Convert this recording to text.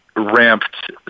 ramped